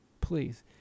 Please